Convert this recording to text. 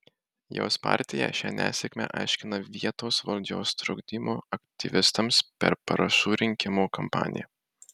jos partija šią nesėkmę aiškina vietos valdžios trukdymu aktyvistams per parašų rinkimo kampaniją